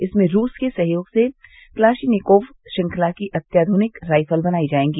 इसमें रूस के सहयोग से क्लाशनिकोव श्रृंखला की अत्याध्निक राइफल बनाई जाएगी